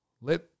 Let